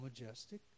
majestic